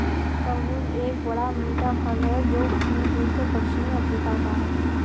तरबूज एक बड़ा, मीठा फल है जो मूल रूप से दक्षिणी अफ्रीका का है